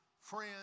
friends